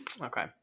okay